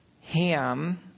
Ham